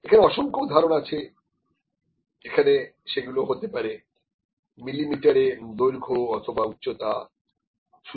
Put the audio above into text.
এখানে অসংখ্য উদাহরণ আছে যেখানে সেগুলো হতে পারে মিলিমিটার এ দৈর্ঘ্য অথবা উচ্চতা ইত্যাদি